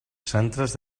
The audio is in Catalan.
centres